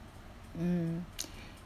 mm